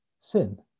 sin